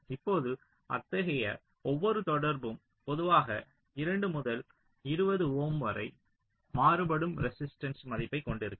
இப்போது அத்தகைய ஒவ்வொரு தொடர்பும் பொதுவாக 2 முதல் 20 ஓம் வரை மாறுபடும் ரெசிஸ்டன்ஸ் மதிப்பைக் கொண்டிருக்கும்